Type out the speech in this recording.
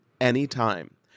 anytime